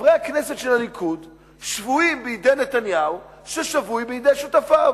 חברי הכנסת של הליכוד שבויים בידי נתניהו ששבוי בידי שותפיו.